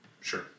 Sure